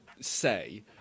say